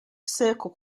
circle